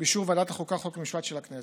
באישור ועדת החוקה, חוק ומשפט של הכנסת.